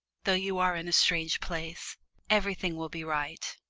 though you are in a strange place everything will be right.